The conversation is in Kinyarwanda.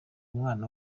umwana